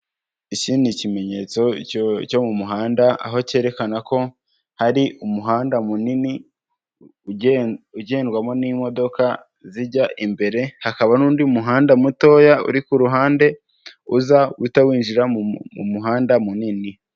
Iki ni ikimenyetso cyo mu muhanda aho cyerekana ko hari umuhanda munini ugendwamo n'imodoka zijya imbere hakaba n'undi muhanda mutoya uri kuruhande uza uhita winjira mu muhanda munini.